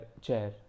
chair